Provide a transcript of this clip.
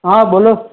હા બોલો